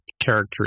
character